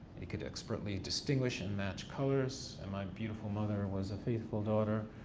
he could expertly distinguish and match colors and my beautiful mother was a faithful daughter,